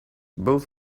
both